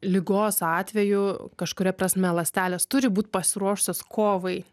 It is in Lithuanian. ligos atveju kažkuria prasme ląstelės turi būt pasiruošusios kovai